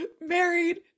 married